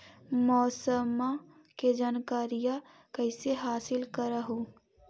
मौसमा के जनकरिया कैसे हासिल कर हू?